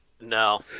No